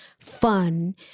fun